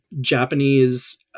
Japanese